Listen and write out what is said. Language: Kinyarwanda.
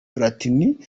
platini